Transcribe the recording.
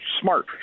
smart